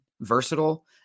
versatile